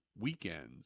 weekends